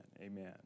Amen